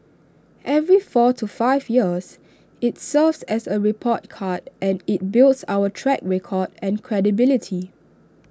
every four to five years IT serves as A report card and IT builds our track record and credibility